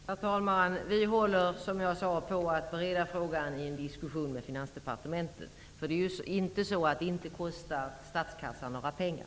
Herr talman! Vi håller, som jag sade, på att bereda frågan i en diskussion med Finansdepartementet. Det är ju inte så att detta inte kostar statskassan några pengar.